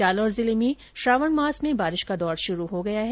जालोर जिले में श्रावण मास में बारिश का दौर शुरू हो गया है